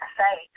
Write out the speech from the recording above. say